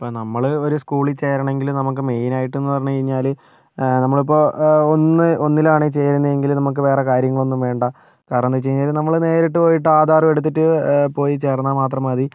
ഇപ്പം നമ്മൾ ഒരു സ്കൂളിൽ ചേരണമെങ്കിൽ നമുക്ക് മെയിനായിട്ടെന്ന് പറഞ്ഞ് കഴിഞ്ഞാൽ നമ്മളിപ്പോൾ ഒന്ന് ഒന്നിലാണ് ചേരുന്നതെങ്കിൽ നമുക്ക് വേറെ കാര്യങ്ങളൊന്നും വേണ്ട കാരണം എന്താണെന്ന് വെച്ച് കഴിഞ്ഞാൽ നമ്മൾ നേരിട്ട് പോയിട്ട് ആധാർ എടുത്തിട്ട് പോയി ചേർന്നാൽ മാത്രം മതി